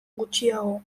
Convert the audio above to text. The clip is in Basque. gutxiago